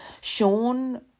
Sean